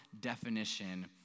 definition